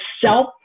self